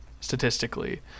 Statistically